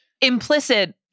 Implicit